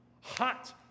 hot